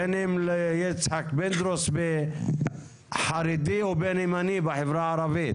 בין אם ליצחק פינדרוס חרדי או בין אם אני בחברה הערבית.